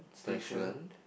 Bencoolen